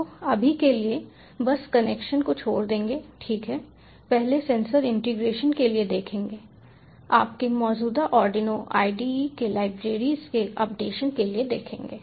तो अभी के लिए बस कनेक्शन को छोड़ देंगे ठीक है पहले सेंसर इंटीग्रेशन के लिए देखेंगे आपके मौजूदा आर्डिनो ide के लाइब्रेरीज के अपडेशन के लिए देखेंगे